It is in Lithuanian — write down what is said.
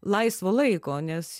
laisvo laiko nes